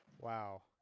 wow